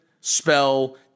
spell